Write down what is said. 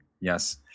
Yes